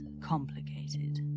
complicated